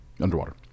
Underwater